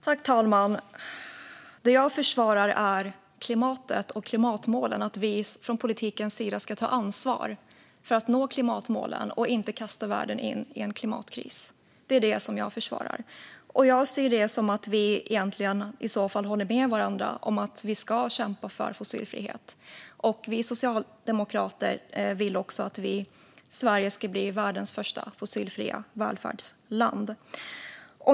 Fru talman! Det jag försvarar är klimatet och klimatmålen, att vi från politikens sida ska ta ansvar för att nå klimatmålen och inte kasta världen in i en klimatkris. Jag ser det som att vi i så fall egentligen håller med varandra om att vi ska kämpa för fossilfrihet. Vi socialdemokrater vill också att Sverige ska bli världens första fossilfria välfärdsland.